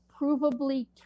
provably